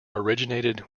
originated